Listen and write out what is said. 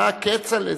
אה, כצל'ה.